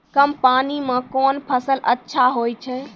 कम पानी म कोन फसल अच्छाहोय छै?